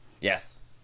Yes